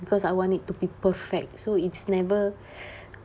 because I want it to be perfect so it's never